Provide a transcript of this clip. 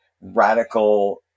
radical